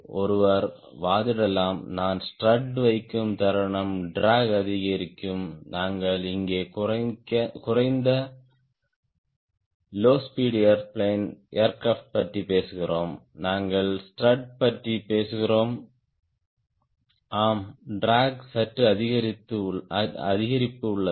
ஒருவர் வாதிடலாம் நான் ஸ்ட்ரட் வைக்கும் தருணம் ட்ராக் அதிகரிக்கும் நாங்கள் இங்கே குறைந்த லோ ஸ்பீட் ஏர்கிராப்ட் பற்றி பேசுகிறோம் நாங்கள் ஸ்ட்ரட் பற்றி பேசுகிறோம் ஆம் ட்ராக் சற்று அதிகரிப்பு உள்ளது